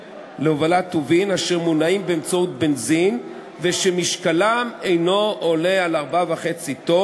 להסתייגות, אף שאני לא מעלה אותה כי גילה לא פה.